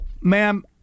ma'am-